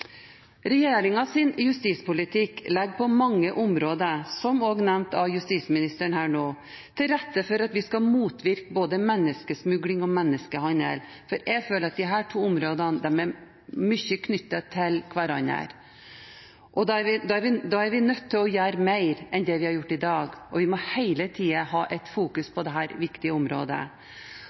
justispolitikk legger på mange områder – som også nevnt av justisministeren nettopp – til rette for at vi skal motvirke både menneskesmugling og menneskehandel, for jeg føler at disse to områdene er tett knyttet til hverandre. Da er vi nødt til å gjøre mer enn vi gjør i dag, og vi må hele tiden fokusere på dette viktige området.